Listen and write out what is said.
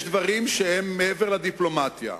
יש דברים שהם מעבר לדיפלומטיה.